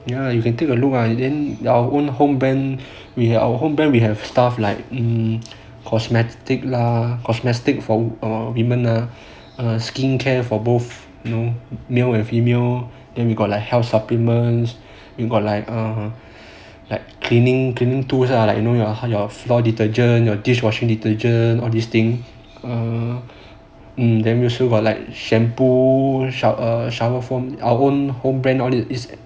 ya you can take a look ah then our own home brand we have our own brand we have stuff like in cosmetic lah cosmetic for women ah err skincare for both male and female then we got like health supplements we got like err like cleaning cleaning tools ah like you know your floor detergent then your dishwashing detergent all these thing err mm then we also got like shampoo shower shower foam from our own brand um okay